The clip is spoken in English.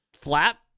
flap